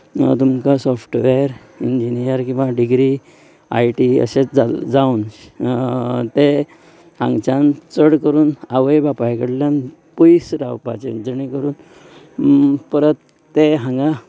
तुमकां software engineer किंवां degree I T अशेंच जाल्ले जावन ते हांगच्यान चड करून आवय बापाय कडल्यान पयस रावपाचे जेणे करून परत ते हांगा